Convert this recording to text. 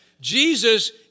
Jesus